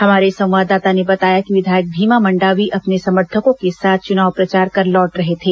हमारे संवाददाता ने बताया कि विधायक भीमा मंडावी अपने समर्थकों के साथ चुनाव प्रचार कर लौट रहे थे